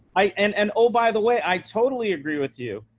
i and and oh, by the way, i totally agree with you,